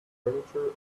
furniture